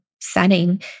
setting